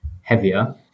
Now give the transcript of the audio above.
heavier